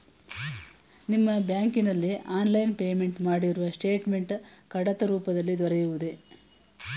ನಿಮ್ಮ ಬ್ಯಾಂಕಿನಲ್ಲಿ online payment ಮಾಡಿರುವ ಸ್ಟೇಟ್ಮೆಂಟ್ ಕಡತ ರೂಪದಲ್ಲಿ ದೊರೆಯುವುದೇ?